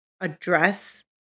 address